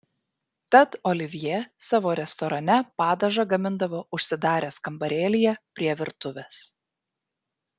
tad olivjė savo restorane padažą gamindavo užsidaręs kambarėlyje prie virtuvės